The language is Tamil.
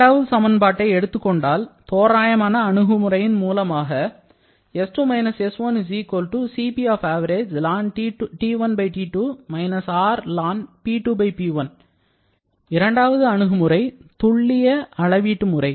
இரண்டாவது சமன்பாட்டை எடுத்துக்கொண்டால் தோராயமான அணுகுமுறையின் மூலமாக இரண்டாவது அணுகுமுறை துல்லிய அளவுக்கு முறை